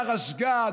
היה רשג"ד,